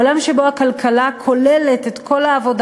עולם שבו הכלכלה כוללת את כל העבודה